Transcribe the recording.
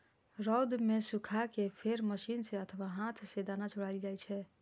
रौद मे सुखा कें फेर मशीन सं अथवा हाथ सं दाना छोड़ायल जाइ छै